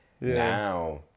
Now